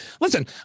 Listen